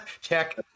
Check